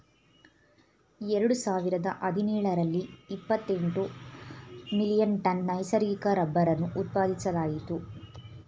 ಎರಡು ಸಾವಿರದ ಹದಿನೇಳರಲ್ಲಿ ಇಪ್ಪತೆಂಟು ಮಿಲಿಯನ್ ಟನ್ ನೈಸರ್ಗಿಕ ರಬ್ಬರನ್ನು ಉತ್ಪಾದಿಸಲಾಯಿತು